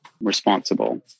responsible